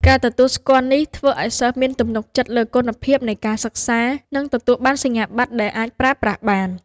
ការទទួលស្គាល់នេះធ្វើឱ្យសិស្សមានទំនុកចិត្តលើគុណភាពនៃការសិក្សា និងទទួលបានសញ្ញាបត្រដែលអាចប្រើប្រាស់បាន។